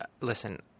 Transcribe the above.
listen